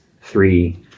three